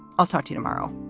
i'll talk to you tomorrow